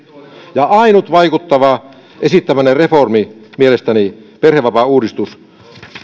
ja ainut esittämänne mielestäni vaikuttava reformi perhevapaauudistus